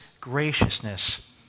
graciousness